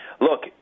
look